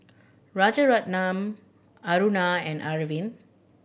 Rajaratnam Aruna and Arvind